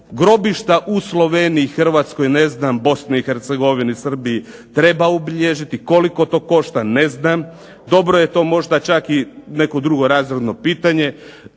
Grobišta u Sloveniji, Hrvatskoj, ne znam Bosni i Hercegovini, Srbiji treba obilježiti, koliko to košta ne znam, dobro je to možda čak i neko drugorazredno pitanje,